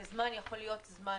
זה יכול להיות זמן